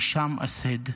הישאם א-סייד,